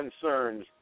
Concerns